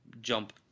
jump